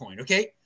okay